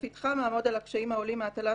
בפתחם אעמוד על הקשיים העולים מהטלת